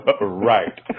Right